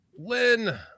Lynn